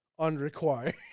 Unrequired